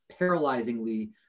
paralyzingly